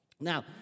Now